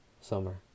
Summer